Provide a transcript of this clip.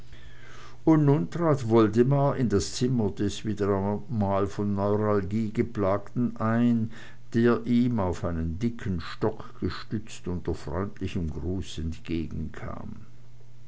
und nun trat woldemar in das zimmer des wieder mal von neuralgie geplagten ein der ihm auf einen dicken stock gestützt unter freundlichem gruß entgegenkam